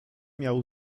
miał